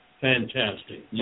fantastic